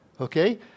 Okay